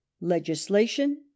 legislation